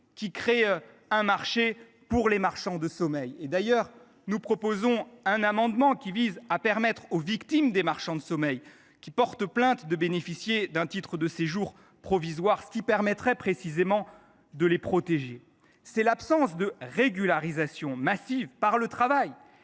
qui crée un marché pour les marchands de sommeil – d’ailleurs, nous proposons un amendement visant à permettre aux victimes des marchands de sommeil qui portent plainte de bénéficier d’un titre de séjour provisoire, afin de les protéger. C’est, enfin, l’absence de régularisation massive par le travail